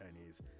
Chinese